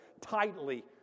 tightly